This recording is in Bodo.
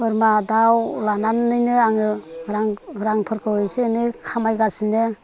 बोरमा दाउ लानानैनो आङो रांफोरखौ एसे एनै खामायगासिनो